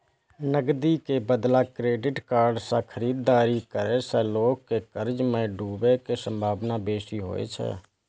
नकदी के बदला क्रेडिट कार्ड सं खरीदारी करै सं लोग के कर्ज मे डूबै के संभावना बेसी होइ छै